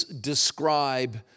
describe